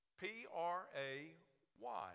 p-r-a-y